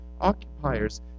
occupiers